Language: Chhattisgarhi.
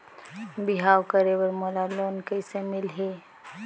बिहाव करे बर मोला लोन कइसे मिलही?